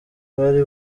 abari